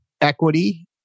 equity